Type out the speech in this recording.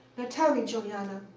ah tell me, juliana,